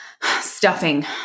stuffing